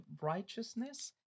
righteousness